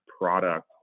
product